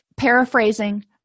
Paraphrasing